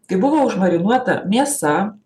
kai buvo užmarinuota mėsa